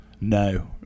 No